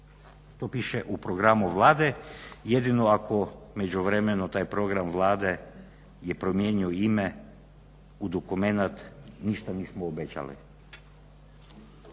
To piše u Programu Vlade jedino ako međuvremenom taj Program Vlade je promijenio ime u dokumenat ništa nismo obećali.